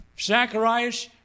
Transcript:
Zacharias